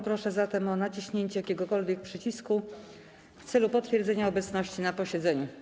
Proszę zatem o naciśnięcie jakiegokolwiek przycisku w celu potwierdzenia obecności na posiedzeniu.